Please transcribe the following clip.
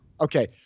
Okay